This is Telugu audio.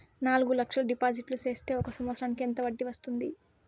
నాలుగు లక్షల డిపాజిట్లు సేస్తే ఒక సంవత్సరానికి ఎంత వడ్డీ వస్తుంది?